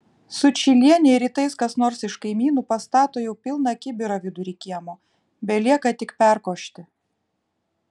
sučylienei rytais kas nors iš kaimynų pastato jau pilną kibirą vidury kiemo belieka tik perkošti